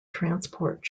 transport